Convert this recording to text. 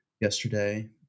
yesterday